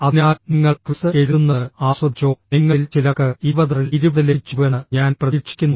അതിനാൽ നിങ്ങൾ ക്വിസ് എഴുതുന്നത് ആസ്വദിച്ചോ നിങ്ങളിൽ ചിലർക്ക് 20 ൽ 20 ലഭിച്ചുവെന്ന് ഞാൻ പ്രതീക്ഷിക്കുന്നു